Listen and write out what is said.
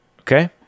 okay